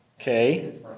Okay